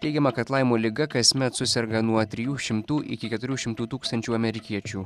teigiama kad laimo liga kasmet suserga nuo trijų šimtų iki keturių šimtų tūkstančių amerikiečių